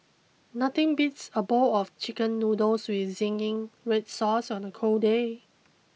nothing beats a bowl of chicken noodles with zingy red sauce on a cold day